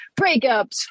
breakups